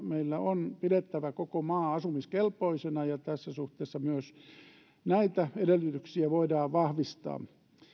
meillä on pidettävä koko maa asumiskelpoisena ja myös tässä suhteessa näitä edellytyksiä voidaan vahvistaa